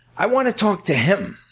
i want to talk to him.